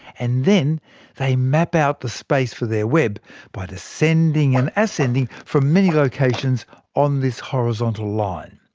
and then they map out the space for their web by descending and ascending from many locations on this horizontal line.